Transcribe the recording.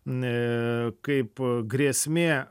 e kaip grėsmė